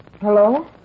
Hello